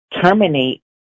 terminate